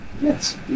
yes